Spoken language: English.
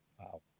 Wow